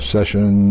Session